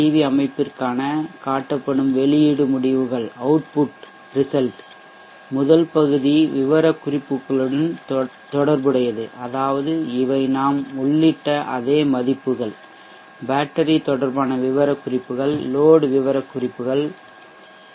we அமைப்பிற்கான காட்டப்படும் வெளியீடு முடிவுகள் முதல் பகுதி விவரக்குறிப்புகளுடன் தொடர்புடையது அதாவது இவை நாம் உள்ளிட்ட அதே மதிப்புகள் பேட்டரி தொடர்பான விவரக்குறிப்புகள் லோட் விவரக்குறிப்புகள் பி